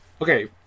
Okay